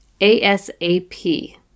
ASAP